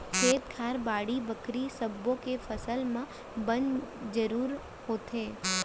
खेत खार, बाड़ी बखरी सब्बो के फसल म बन जरूर होथे